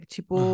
Tipo